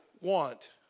want